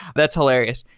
that's hilarious.